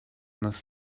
this